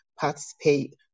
participate